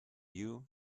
you